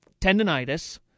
tendonitis